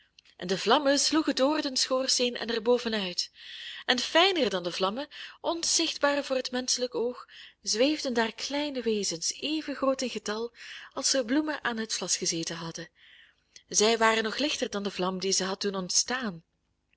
de vlammen sloegen door den schoorsteen en er boven uit en fijner dan de vlammen onzichtbaar voor het menschelijk oog zweefden daar kleine wezens even groot in getal als er bloemen aan het vlas gezeten hadden zij waren nog lichter dan de vlam die ze had doen ontstaan